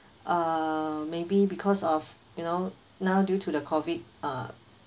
uh maybe because of you know now due to the COVID uh